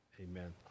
Amen